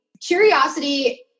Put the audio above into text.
Curiosity